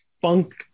Funk